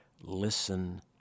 listen